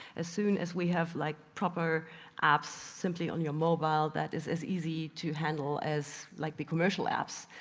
as soon as we have like proper apps simply on your mobile that is as easy to handle as like the commercial apps.